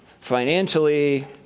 financially